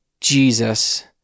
Jesus